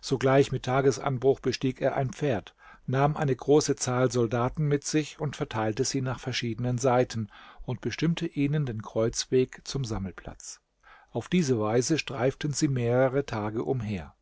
sogleich mit tagesanbruch bestieg er ein pferd nahm eine große zahl soldaten mit sich und verteilte sie nach verschiedenen seiten und bestimmte ihnen den kreuzweg zum sammelplatz auf diese weise streiften sie mehrere tage umher